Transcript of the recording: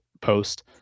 post